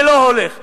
זה לא הולך כך.